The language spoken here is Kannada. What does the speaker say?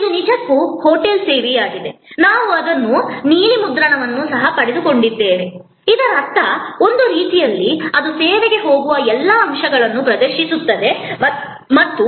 ಇದು ನಿಜಕ್ಕೂ ಹೋಟೆಲ್ ಸೇವೆಯಾಗಿದೆ ನಾವು ಅದನ್ನು ನೀಲಿ ಮುದ್ರಣವನ್ನು ಸಹ ಪಡೆದುಕೊಂಡಿದ್ದೇವೆ ಇದರರ್ಥ ಒಂದು ರೀತಿಯಲ್ಲಿ ಅದು ಸೇವೆಗೆ ಹೋಗುವ ಎಲ್ಲಾ ಅಂಶಗಳನ್ನು ಪ್ರದರ್ಶಿಸುತ್ತದೆ ಮತ್ತು ನೀವು ಇಲ್ಲಿ ನೋಡುವಂತೆ ಈ ರೀತಿಯ ಪರಸ್ಪರ ಕ್ರಿಯೆಯನ್ನು ಒದಗಿಸಲಾಗಿದೆ